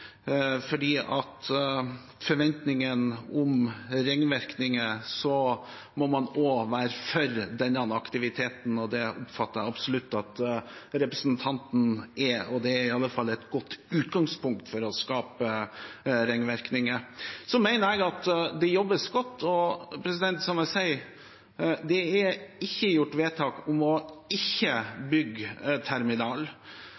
ringvirkninger, må man også være for denne aktiviteten. Det oppfatter jeg absolutt at representanten er, og det er i hvert fall et godt utgangspunkt for å skape ringvirkninger. Så mener jeg at det jobbes godt, og – som jeg sa – det er ikke gjort vedtak om ikke å